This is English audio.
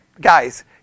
guys